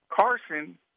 Carson